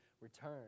return